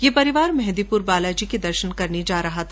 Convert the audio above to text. यह परिवार मेहंदीपुर बालाजी के दर्शन करने जा रहा था